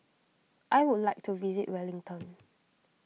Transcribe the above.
I would like to visit Wellington